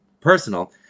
personal